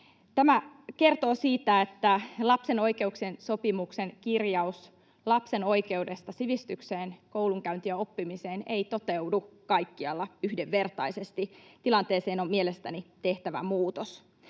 Tämä kertoo siitä, että lapsen oikeuksien sopimuksen kirjaus lapsen oikeudesta sivistykseen, koulunkäyntiin ja oppimiseen ei toteudu kaikkialla yhdenvertaisesti. Tilanteeseen on mielestäni tehtävä muutos.